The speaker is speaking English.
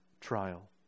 trial